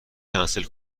کنسل